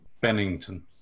Bennington